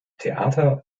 theater